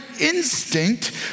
instinct